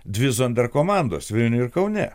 dvi zonder komandos vilniuje ir kaune